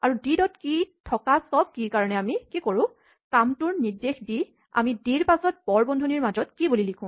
আৰু D dot key ত থকা চব কীচাবিৰ কাৰণে আমি কি কৰো কামটোৰ নিৰ্দেশ দি আমি ডি ৰ পাচত বৰ বন্ধনীৰ মাজত কী বুলি লিখো